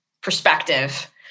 perspective